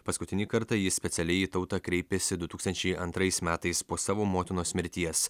paskutinį kartą ji specialiai į tautą kreipėsi du tūkstančiai antrais metais po savo motinos mirties